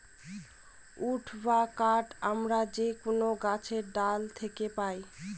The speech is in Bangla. উড বা কাঠ আমরা যে কোনো গাছের ডাল থাকে পাই